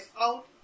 out